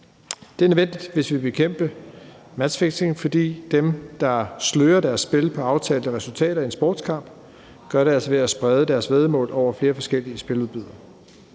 Det er nødvendigt, hvis vi vil bekæmpe matchfixing, fordi dem, der slører deres spil på aftalte resultater i en sportskamp, altså gør det ved at sprede deres væddemål over flere forskellige spiludbydere.